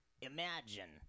Imagine